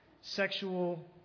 sexual